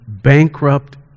bankrupt